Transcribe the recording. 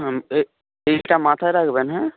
হুম এইটা মাথায় রাখবেন হ্যাঁ